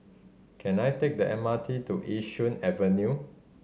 can I take the M R T to Yishun Avenue